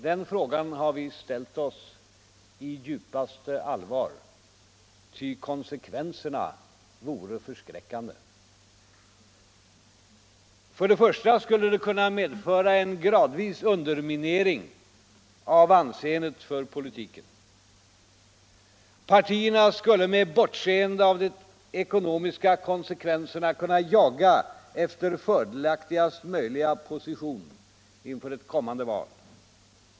Den frågan har vi ställt oss i djupaste allvar, eftersom konsekvenserna vore förskräckande. För det första skulle det kunna medföra en gradvis underminering av politikens anseende. Partierna skulle, med bortseende från de ekonomiska konsekvenserna, kunna jaga efter fördelaktigaste möjliga positioner inför ett kommande val.